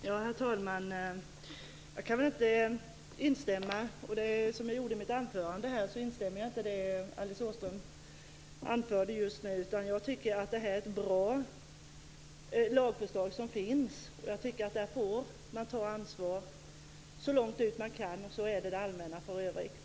Herr talman! Jag instämmer inte i det som Alice Åström anförde just nu, och det gjorde jag inte heller i mitt anförande. Jag tycker att det lagförslag som finns är bra. Jag tycker att den enskilde skall få ta ansvar så långt vederbörande kan. Det allmänna tar ansvar för det övriga.